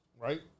right